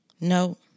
No